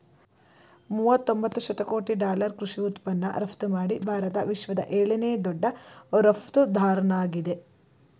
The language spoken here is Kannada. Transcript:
ಮೂವತೊಂಬತ್ತು ಶತಕೋಟಿ ಡಾಲರ್ ಕೃಷಿ ಉತ್ಪನ್ನ ರಫ್ತುಮಾಡಿ ಭಾರತ ವಿಶ್ವದ ಏಳನೇ ದೊಡ್ಡ ರಫ್ತುದಾರ್ನಾಗಿದೆ